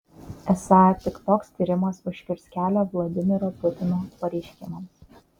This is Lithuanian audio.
esą tik toks tyrimas užkirs kelią vladimiro putino pareiškimams